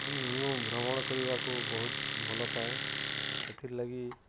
ମୁଁ ଭ୍ରମଣ କରିବାକୁ ବହୁତ ଭଲ ପାଏ ସେଥିର୍ଲାଗି